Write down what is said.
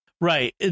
Right